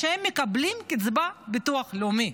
שמקבלים קצבת ביטוח לאומי.